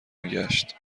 میگشت